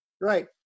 right